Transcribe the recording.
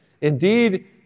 Indeed